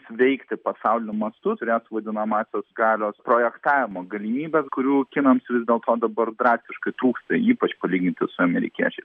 veikti pasauliniu mastu rems vadinamąsias galios projektavimo galimybes kurių kinams vis dėl to dabar drastiškai trūksta ypač palyginti su amerikiečiais